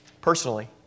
personally